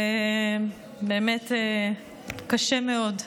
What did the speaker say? ובאמת קשה מאוד,